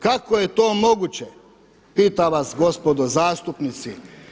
Kako je to moguće, pitam vas gospodo zastupnici.